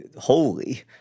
holy